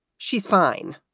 she's fine